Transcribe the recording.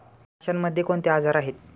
माशांमध्ये कोणते आजार आहेत?